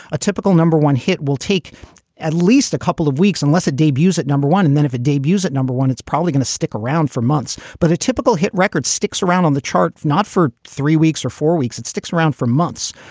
a typical number one hit will take at least a couple of weeks unless it debuts at number one. and then if it debuts at number one, it's probably going to stick around for months. but a typical hit record sticks around on the charts, not for three weeks or four weeks. it sticks around for months.